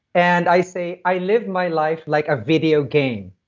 and i say, i live my life like a video game,